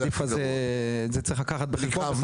אז צריך לקחת את זה בחשבון.